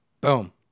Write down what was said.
Boom